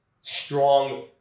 strong